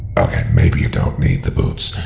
okay, maybe you don't need the boots.